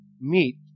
meet